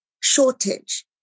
shortage